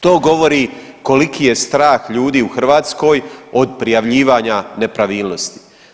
To govori koliki je strah ljudi u Hrvatskoj od prijavljivanja nepravilnosti.